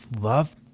love